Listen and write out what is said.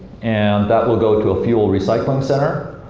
and that will go to a fuel recycling center.